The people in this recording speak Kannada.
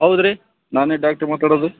ಹೌದು ರೀ ನಾನೇ ಡಾಕ್ಟ್ರು ಮಾತಾಡೋದು